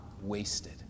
wasted